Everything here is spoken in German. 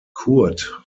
kurt